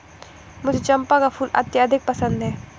मुझे चंपा का फूल अत्यधिक पसंद है